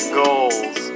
goals